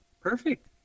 perfect